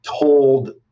told